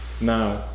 now